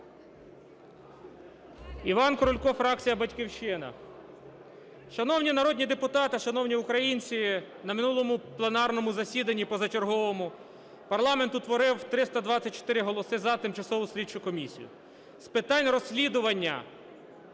Іван Крулько, фракція "Батьківщина". Шановні народні депутати, шановні українці, на минулому пленарному засіданні, позачерговому, парламент утворив в 324 голоси "за" Тимчасову слідчу комісію з питань розслідування